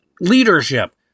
leadership